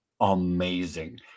amazing